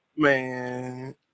Man